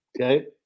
Okay